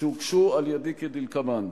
שהוגשו על-ידי, כדלקמן: